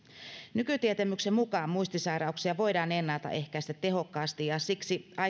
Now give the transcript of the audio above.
nykytietämyksen mukaan muistisairauksia voidaan ennaltaehkäistä tehokkaasti ja siksi